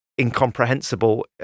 incomprehensible